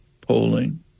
polling